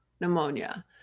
pneumonia